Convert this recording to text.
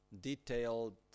detailed